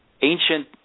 ancient